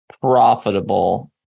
profitable